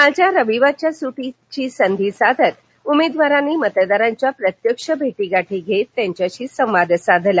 कालच्या रविवारच्या सुटीची संधी साधत उमेदवारांनी मतदारांच्या प्रत्यक्ष भेटी गाठी घेत त्यांच्याशी संवाद साधला